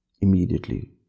immediately